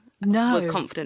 No